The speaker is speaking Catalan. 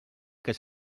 que